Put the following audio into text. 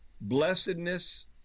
blessedness